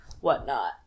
whatnot